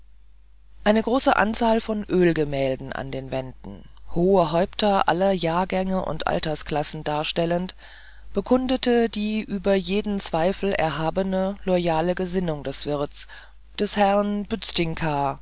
die große anzahl von ölgemälden an den wänden hohe häupter aller jahrgänge und altersklassen darstellend bekundete die über jeden zweifel erhabene loyale gesinnung des wirtes des herrn